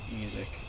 music